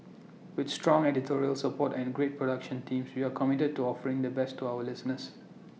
with strong editorial support and great production teams we are committed to offering the best to our listeners